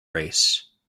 race